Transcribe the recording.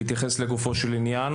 להתייחס לגופו של עניין,